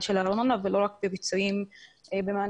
של ארנונה ולא רק בפיצויים ומענקים.